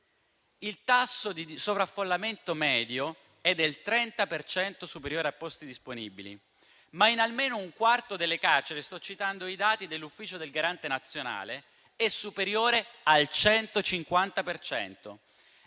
Il tasso di sovraffollamento medio è del 30 per cento superiore ai posti disponibili, ma in almeno un quarto delle carceri - sto citando i dati dell'ufficio del Garante nazionale - è superiore al 150